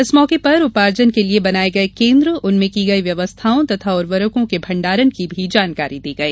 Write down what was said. इस मौके पर उपार्जन के लिये बनाये गये केन्द्र उनमें की गई व्यवस्थाओं तथा उर्वरकों के भंडारण की भी जानकारी दी गई